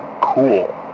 Cool